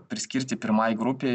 priskirti pirmai grupei